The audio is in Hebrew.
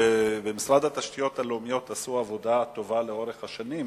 ובמשרד התשתיות הלאומיות עשו עבודה טובה לאורך השנים,